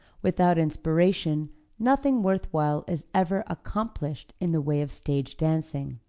without inspiration nothing worthwhile is ever accomplished in the way of stage dancing.